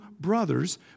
brothers